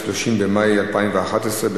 30 במאי 2011,